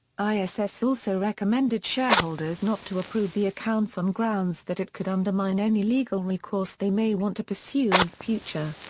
ah so iss also recommended shareholders not to approve the accounts on grounds that it could undermine any legal recourse they may want to pursue in future.